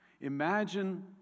imagine